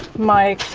my